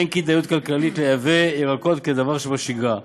אין כדאיות כלכלית לייבא ירקות כדבר שבשגרה.